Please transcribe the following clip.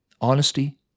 Honesty